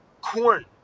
corn